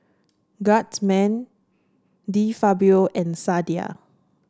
Guardsman De Fabio and Sadia